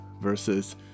versus